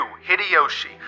Hideyoshi